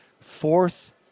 fourth